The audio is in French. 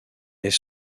est